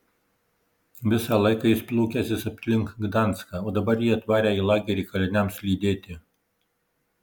visą laiką jis plūkęsis aplink gdanską o dabar jį atvarę į lagerį kaliniams lydėti